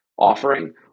offering